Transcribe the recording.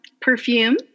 perfume